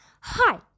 Hi